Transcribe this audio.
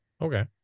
Okay